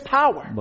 power